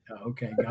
Okay